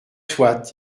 soit